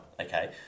Okay